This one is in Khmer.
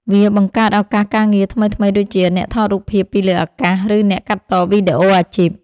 វាបង្កើតឱកាសការងារថ្មីៗដូចជា អ្នកថតរូបភាពពីលើអាកាស ឬអ្នកកាត់តវីដេអូអាជីព។